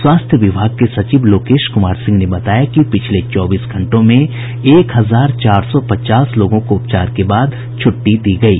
स्वास्थ्य विभाग के सचिव लोकेश कुमार सिंह ने बताया कि पिछले चौबीस घंटों में एक हजार चार सौ पचास लोगों को उपचार के बाद छुट्टी दी गयी